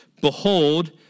Behold